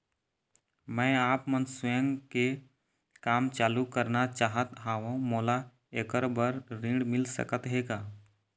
मैं आपमन स्वयं के काम चालू करना चाहत हाव, मोला ऐकर बर ऋण मिल सकत हे का?